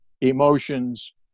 emotions